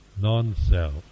non-self